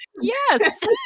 Yes